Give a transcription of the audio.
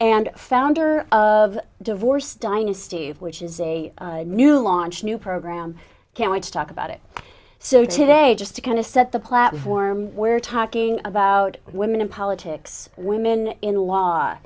and founder of divorce dynasty which is a new launch new program can't wait to talk about it so today just to kind of set the platform we're talking about women in politics women in la